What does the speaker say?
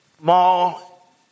mall